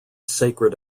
sacred